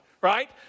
right